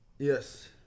Yes